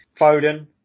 Foden